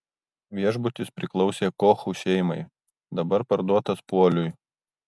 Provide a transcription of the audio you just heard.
viešbutis priklausė kochų šeimai dabar parduotas puoliui